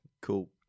Cool